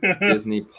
Disney